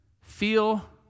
feel